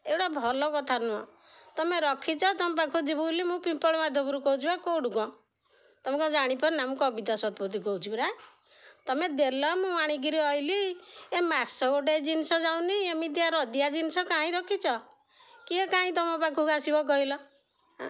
ଏଗୁଡ଼ା ଭଲ କଥା ନୁହଁ ତମେ ରଖିଛ ତମ ପାଖକୁ ଯିବୁ ବୋଲି ମୁଁ ପିମ୍ପଳ ମାଧବରୁ କହୁଛୁ କେଉଁଠୁ କ'ଣ ତମେ କ'ଣ ଜାଣିପାରୁନ ମୁଁ କବିତା ଶତପଥୀ କହୁଛି ପରା ତମେ ଦେଲ ମୁଁ ଆଣିକିରି ଆସିଲି ଏ ମାସ ଗୋଟେ ଜିନିଷ ଯାଉନି ଏମିତିଆ ରଦିଆ ଜିନିଷ କାହିଁ ରଖିଛ କିଏ କାହିଁ ତମ ପାଖକୁ ଆସିବ କହିଲ